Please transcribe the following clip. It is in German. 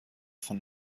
von